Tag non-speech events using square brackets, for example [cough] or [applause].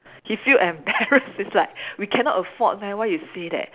he feel embarrassed [laughs] it's like we cannot afford meh why you say that